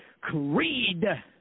Creed